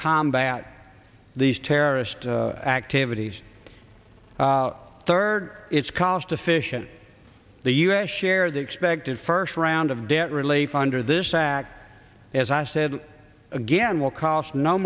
combat these terrorist activities third it's cost efficient the u s share the expected first round of debt relief under this act as i said again will cost no